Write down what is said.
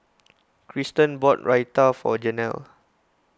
Kristen bought Raita for Janel